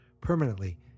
permanently